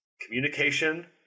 Communication